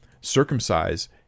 circumcise